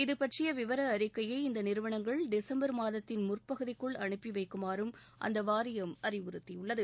இதுபற்றிய விவர அறிக்கையை இந்த நிறுவனங்கள் டிசம்பர் மாதத்தின் முற்பகுதிக்குள் அனுப்பி வைக்குமாறும் அந்த வாரியம் அறிவுறுத்தியுள்ளது